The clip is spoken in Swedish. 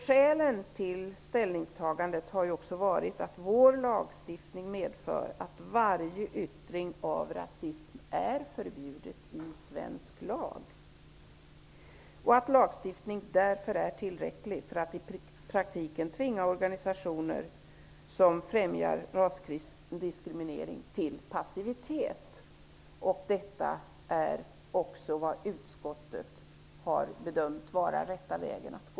Skälen till ställningstagandet har varit att vår lagstiftning medför att varje yttring av rasism är förbjuden i svensk lag. Lagstiftningen är tillräcklig för att i praktiken tvinga organisationer som främjar rasdiskriminering till passivitet. Utskottet har också bedömt att detta är rätta vägen att gå.